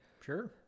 Sure